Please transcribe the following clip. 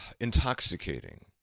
intoxicating